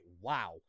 Wow